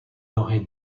aurait